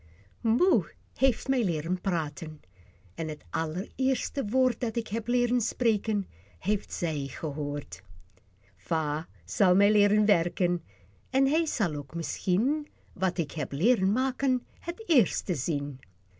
moe heeft mij leeren praten en t allereerste woord dat ik heb leeren spreken heeft zij gehoord pieter louwerse alles zingt va zal mij leeren werken en hij zal ook misschien wat ik heb leeren maken het eerste zien